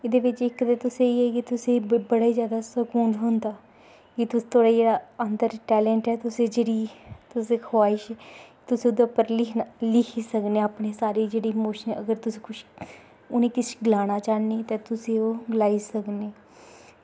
ते इक्क ते इक्क स्हेई होंदी ते बड़ा स्हेई होंदा ते अंदर अगर टैलेंट ऐ ते बड़ी तुस ओह्दे उप्पर लिखी सकदे ते साढ़े जेह्ड़े इमोशन्स न उ'नें गी किश गलाना चाह्न्ने ते कुसै गी गलाई सकने